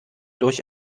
durch